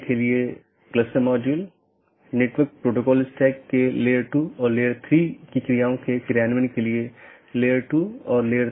AS number जो network के माध्यम से मार्ग का वर्णन करता है एक BGP पड़ोसी अपने साथियों को पाथ के बारे में बताता है